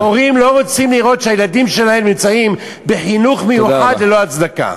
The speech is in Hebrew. הורים לא רוצים לראות שהילדים שלהם נמצאים בחינוך מיוחד ללא הצדקה.